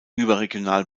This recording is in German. überregional